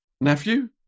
nephew